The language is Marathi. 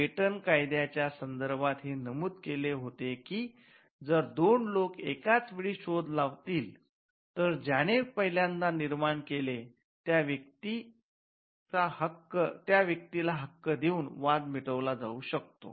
पेटंट कायद्याच्या संदर्भात हे नमूद केले होते की जर दोन लोक एकाच वेळी शोध लावतील तर ज्याने पहिल्यांदा निर्माण केले त्या व्यक्ती हक्क देऊन वाद मिळवला जाऊ शकतो